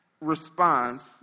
response